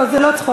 לא, זה לא צחוק.